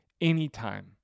anytime